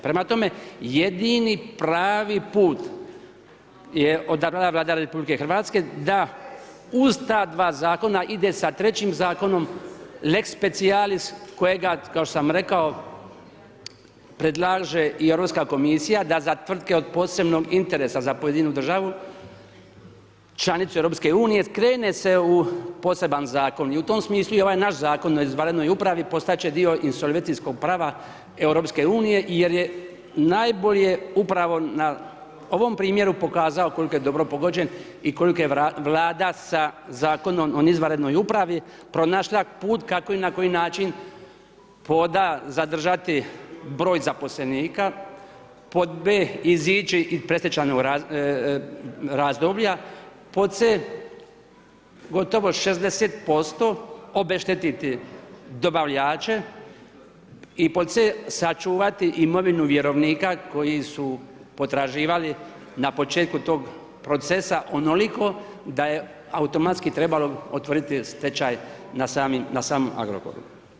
Prema tome, jedini pravi put je odabrala Vlada RH da uz ta dva zakona ide sa trećim zakonom lex-specialis, kojega, kao što sam rekao, predlaže i Europska komisija, da za tvrtke od posebnog interesa za pojedinu državu, članicu EU, skrene se u poseban zakon i u tom smislu je ovaj naš zakon o izvanrednoj upravi postati će dio insovelcijskog prava EU jer je najbolje upravo na ovom primjeru pokazao koliko je dobro pogođen i koliko je Vlada sa Zakonom o izvanrednoj upravi pronašla put kako i na koji način pod a) zadržati broj zaposlenika, pod b) izići iz predstečajnog razdoblja, pod c) gotovo 60% obeštetiti dobavljače i pod c) sačuvati imovinu vjerovnika koji su potraživali na početku tog procesa onoliko da je automatski trebalo otvoriti stečaj na samom Agrokoru.